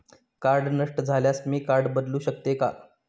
Card नष्ट झाल्यास मी कार्ड बदलू शकते का?